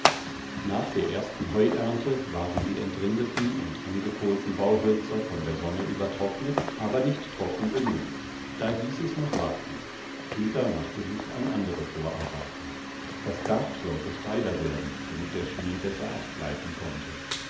nach der ersten heuernte waren die entrindeten und angekohlten bauhölzer von der sonne übertrocknet aber nicht trocken genug da hieß es noch warten peter machte sich an andere vorarbeiten das dach sollte steiler werden damit der schnee besser abgleiten konnte